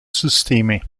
systeme